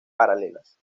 paralelas